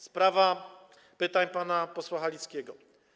Sprawa pytań pana posła Halickiego.